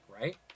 right